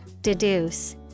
deduce